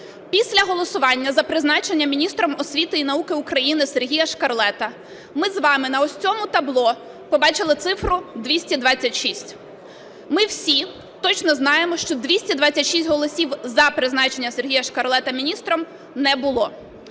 після голосування за призначення міністром освіти і науки України Сергія Шкарлета ми з вами на ось цьому табло побачили цифру 226. Ми всі точно знаємо, що 226 голосів за призначення Сергія Шкарлета міністром не було.